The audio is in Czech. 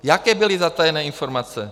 Jaké byly zatajené informace?